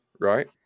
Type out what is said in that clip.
Right